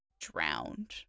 drowned